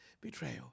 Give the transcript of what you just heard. betrayal